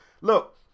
Look